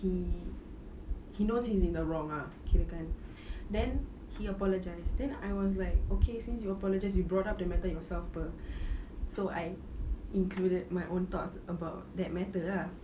he he knows he's in the wrong ah kirakan then he apologize then I was like okay since you apologize you brought up the matter yourself [pe] so I included my own thoughts about that matter ah